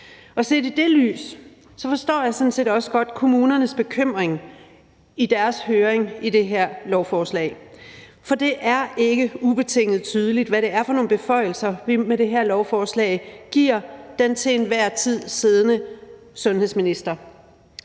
Og set i det lys forstår jeg sådan set også godt kommunernes bekymring i deres høringssvar til det her lovforslag. For det er ikke ubetinget tydeligt, hvad det er for nogle beføjelser, vi med det her lovforslag giver den til enhver tid siddende sundhedsminister.